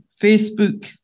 Facebook